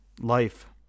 life